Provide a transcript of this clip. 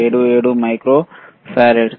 77 micro farad